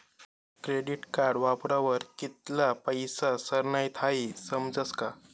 credit card वापरावर कित्ला पैसा सरनात हाई समजस का